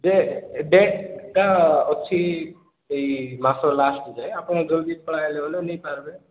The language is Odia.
ଯେ ଏବେ ଏଇଟା ଅଛି ଏଇ ମାସ ଲାଷ୍ଟ୍ ଯାଏ ଆପଣ ଜଲଦି ପଳେଇ ଆଇଲେ ବୋଇଲେ ନେଇପାରବେ